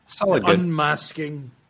Unmasking